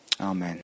Amen